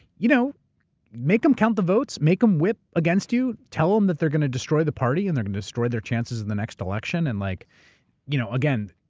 you know make them count the votes. make them whip against you. tell them that they're going to destroy the party and they're going to destroy their chances in the next election. and like you know again,